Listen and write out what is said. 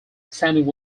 descending